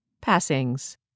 Passings